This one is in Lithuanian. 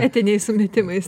etiniais sumetimais